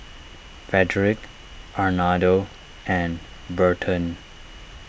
Frederic Arnoldo and Burton